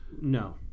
No